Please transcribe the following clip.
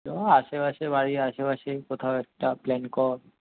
চ আশেপাশে বাড়ির আশেপাশেই কোথাও একটা প্ল্যান কর